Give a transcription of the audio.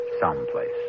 someplace